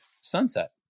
sunset